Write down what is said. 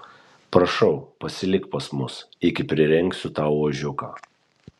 prašau pasilik pas mus iki prirengsiu tau ožiuką